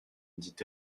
dit